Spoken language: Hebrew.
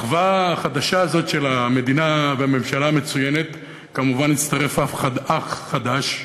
ולאחווה החדשה הזאת של המדינה והממשלה המצוינת כמובן הצטרף אח חדש,